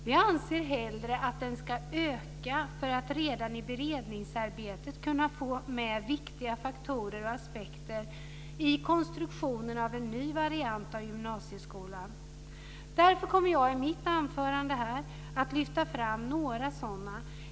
Vi anser hellre att den ska öka för att man redan i beredningsarbetet ska kunna få med viktiga faktorer och aspekter i konstruktionen av en ny variant av gymnasieskolan. Därför kommer jag i mitt anförande att lyfta fram några sådana.